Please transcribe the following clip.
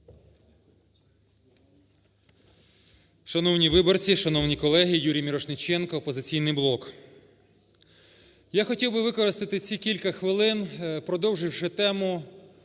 Шановні виборці, шановні колеги! Юрій Мірошниченко, "Опозиційний блок". Я хотів би використати ці кілька хвилин, продовживши тему